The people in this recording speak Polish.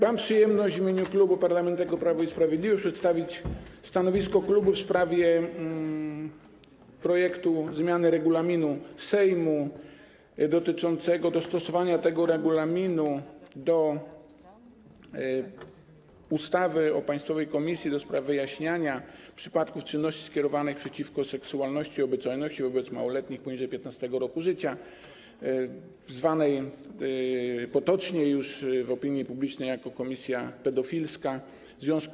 Mam przyjemność w imieniu Klubu Parlamentarnego Prawo i Sprawiedliwość przedstawić stanowisko klubu w sprawie projektu zmiany regulaminu Sejmu dotyczącego dostosowania tego regulaminu do ustawy o Państwowej Komisji do spraw wyjaśniania przypadków czynności skierowanych przeciwko seksualności i obyczajności wobec małoletniego poniżej 15. roku życia, zwanej potocznie, tak funkcjonuje w opinii publicznej, komisją pedofilską.